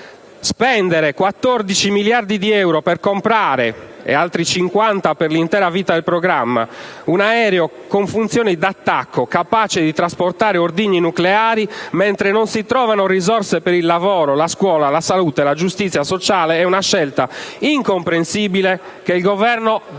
«Spendere 14 miliardi di euro per comprare (e oltre 50 miliardi per l'intera vita del programma) un aereo con funzioni di attacco capace di trasportare ordigni nucleari, mentre non si trovano risorse per il lavoro, la scuola, la salute e la giustizia sociale è una scelta incomprensibile, che il Governo deve